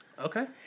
Okay